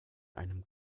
einem